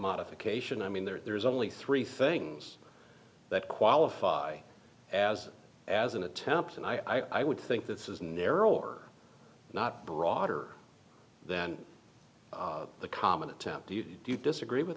modification i mean there's only three things that qualify as as an attempt and i would think this is narrower not broader than the common attempt do you do you disagree with